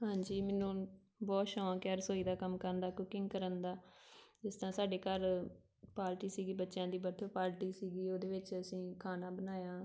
ਹਾਂਜੀ ਮੈਨੂੰ ਬਹੁਤ ਸ਼ੌਕ ਹੈ ਰਸੋਈ ਦਾ ਕੰਮ ਕਰਨ ਦਾ ਕੁਕਿੰਗ ਕਰਨ ਦਾ ਜਿਸ ਤਰ੍ਹਾਂ ਸਾਡੇ ਘਰ ਪਾਰਟੀ ਸੀਗੀ ਬੱਚਿਆਂ ਦੀ ਬਰਥਡੇਅ ਪਾਰਟੀ ਸੀਗੀ ਉਹਦੇ ਵਿੱਚ ਅਸੀਂ ਖਾਣਾ ਬਣਾਇਆ